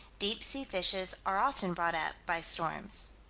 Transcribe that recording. deep-sea fishes are often brought up by storms.